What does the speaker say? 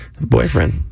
boyfriend